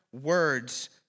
words